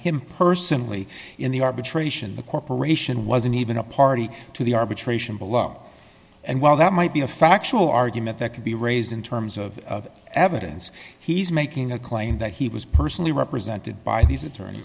him personally in the arbitration the corporation wasn't even a party to the arbitration below and while that might be a factual argument that could be raised in terms of evidence he's making a claim that he was personally represented by these attorney